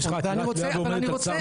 אבל אני רוצה,